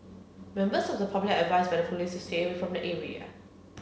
members of the public are advised by the police to stay away from the area